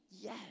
yes